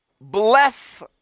bless